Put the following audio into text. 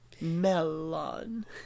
Melon